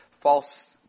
false